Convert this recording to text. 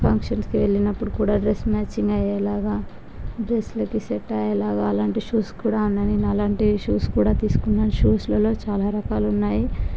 ఫంక్షన్కి వెళ్ళినప్పుడు కూడా డ్రెస్కి మ్యాచ్ అయ్యేలాగా డ్రెస్సులకి సెట్ అయ్యేలాగా అలాంటి షూస్ కూడా ఉన్నాయి నేను అలాంటి షూస్ కూడా తీసుకున్నాను షూస్ల్లో చాలా రకాలు ఉన్నాయి